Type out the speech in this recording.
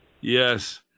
Yes